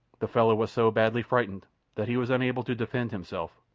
the fellow was so badly frightened that he was unable to defend himself,